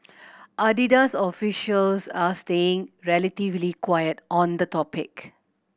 Adidas officials are staying relatively quiet on the topic